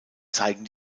zeigen